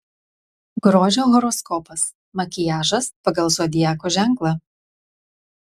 grožio horoskopas makiažas pagal zodiako ženklą